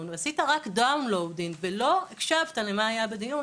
ועשית רק downloading ולא הקשבת למה שהיה בדיון